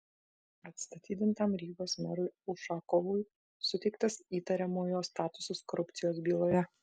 atstatydintam rygos merui ušakovui suteiktas įtariamojo statusas korupcijos byloje